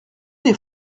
des